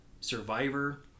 Survivor